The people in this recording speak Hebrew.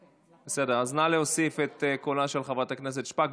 בסדר, אז נא להוסיף את קולה של חברת הכנסת שפק.